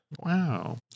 Wow